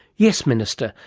yes, minister,